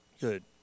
Good